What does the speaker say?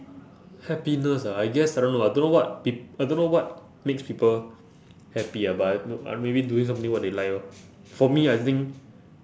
happiness ah I guess I don't know ah I don't know what pe~ I don't know what makes people happy ah but uh maybe doing something what they like lor for me I think